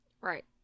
Right